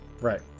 right